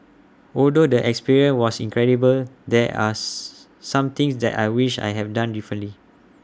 although the experience was incredible there are some things that I wish I have done differently